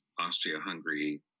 Austria-Hungary